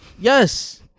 Yes